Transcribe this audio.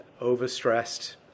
overstressed